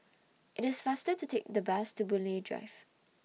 IT IS faster to Take The Bus to Boon Lay Drive